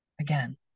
Again